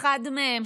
אחד מהם,